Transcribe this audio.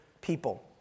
people